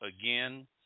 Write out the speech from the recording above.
again